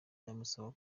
ndamusaba